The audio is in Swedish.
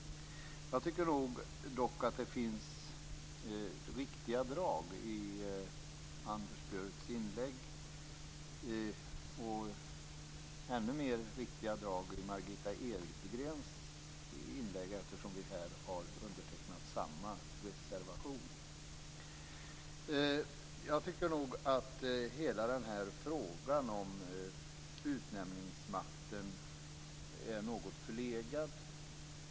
Jag tycker dock att det finns riktiga drag i Anders Björcks inlägg. Ännu riktigare drag finns det i Margitta Edgrens inlägg. Vi har undertecknat samma reservation. Jag tycker nog att hela frågan om utnämningsmakten är något förlegad.